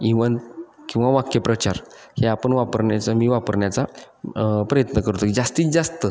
even किंवा वाक्प्रचार हे आपण वापरण्याचा मी वापरण्याचा प्रयत्न करतो की जास्तीत जास्त